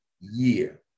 year